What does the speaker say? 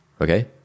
okay